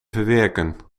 verwerken